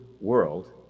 world